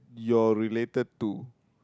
you're related to